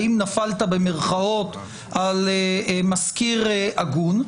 האם נפלת במירכאות על משכיר הגון.